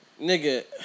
nigga